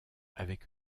avec